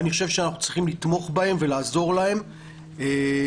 אנחנו צריכים לתמוך בהם ולעזור להם כי